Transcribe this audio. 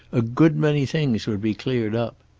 a good many things would be cleared up.